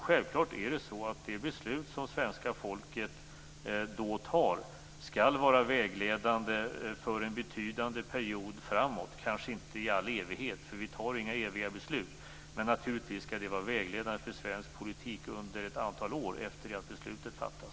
Självklart är det så att det beslut som svenska folket då fattar skall vara vägledande för en betydande period framåt. Det kanske inte skall vara det i all evighet, för vi fattar inga eviga beslut. Men naturligtvis skall det vara vägledande för svensk politik under ett antal år efter det att beslutet fattats.